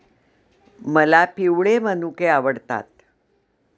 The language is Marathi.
मला पिवळे मनुके आवडतात